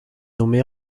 nommée